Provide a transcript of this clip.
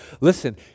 listen